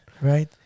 Right